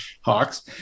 Hawks